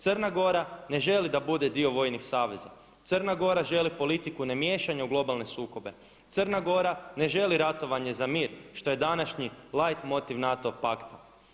Crna Gora ne želi da bude dio vojnih saveza, Crna Gora želi politiku ne miješanja u globalne sukobe, Crna Gora ne želi ratovanje za mir što je današnji light motiv NATO pakta.